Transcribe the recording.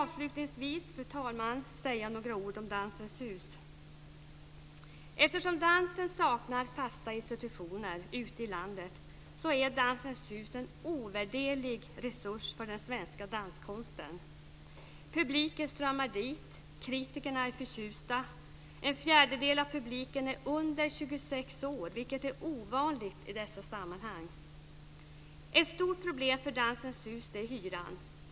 Avslutningsvis vill jag säga några ord om Dansens hus. Eftersom dansen saknar fasta institutioner ute i landet är Dansens hus en ovärderlig resurs för den svenska danskonsten. Publiken strömmar dit. Kritikerna är förtjusta. En fjärdedel av publiken är under 26 år, vilket är ovanligt i dessa sammanhang. Ett stort problem för Dansens hus är hyran.